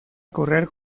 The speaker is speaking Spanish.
correr